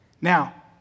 Now